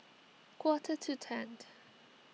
quarter to ten